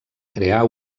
crear